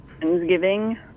Thanksgiving